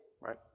right